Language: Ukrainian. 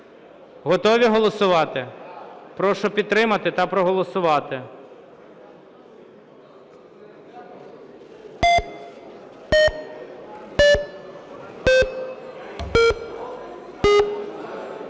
Готові голосувати? Прошу підтримати та проголосувати.